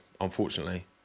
unfortunately